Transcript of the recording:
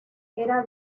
era